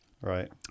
Right